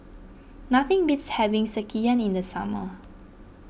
nothing beats having Sekihan in the summer